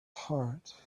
heart